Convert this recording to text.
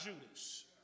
Judas